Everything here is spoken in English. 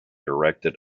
directed